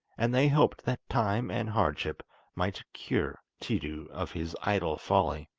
and they hoped that time and hardship might cure tiidu of his idle folly.